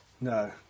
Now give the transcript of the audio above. no